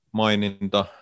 maininta